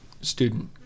student